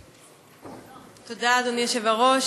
תודה, אדוני היושב-ראש.